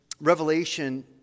Revelation